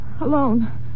Alone